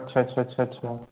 अच्छा अच्छा अच्छा अच्छा